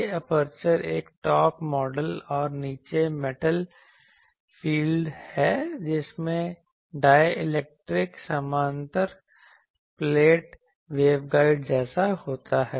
यह एपर्चर एक top metal और नीचे मेटल फील्ड है जिसमें डाय इलेक्ट्रिक समानांतर प्लेट वेवगाइड जैसा होता है